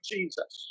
Jesus